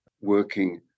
working